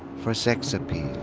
for sex appeal,